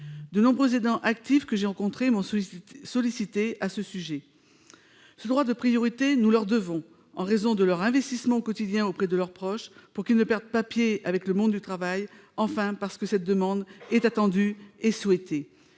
De nombreux aidants actifs que j'ai rencontrés m'ont sollicité à ce sujet. Nous leur devons ce droit de priorité, en raison de leur investissement au quotidien auprès de leur proche, pour qu'ils ne perdent pas pied dans le monde du travail, et, enfin, parce que cette évolution est attendue et souhaitée.